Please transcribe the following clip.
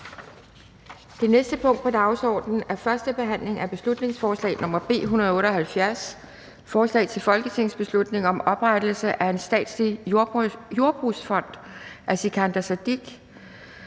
Det næste punkt på dagsordenen er: 23) 1. behandling af beslutningsforslag nr. B 178: Forslag til folketingsbeslutning om oprettelse af en statslig jordbrugsfond. Af Sikandar Siddique